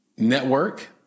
network